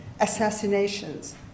assassinations